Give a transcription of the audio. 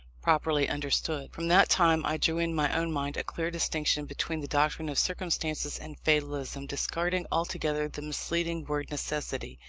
properly understood. from that time i drew, in my own mind, a clear distinction between the doctrine of circumstances and fatalism discarding altogether the misleading word necessity.